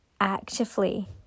actively